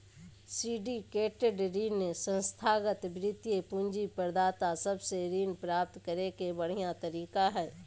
syndicated ऋण संस्थागत वित्तीय पूंजी प्रदाता सब से ऋण प्राप्त करे के बढ़िया तरीका हय